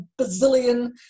bazillion